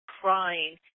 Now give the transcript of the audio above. crying